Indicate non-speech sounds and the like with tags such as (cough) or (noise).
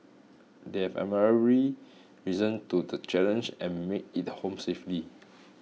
they have (unintelligible) risen to the challenge and made it home safely